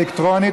אלקטרונית,